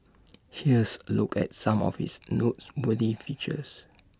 here's A look at some of its noteworthy features